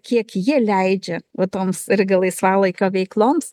kiek jie leidžia va toms irgi laisvalaikio veikloms